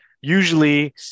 usually